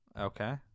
Okay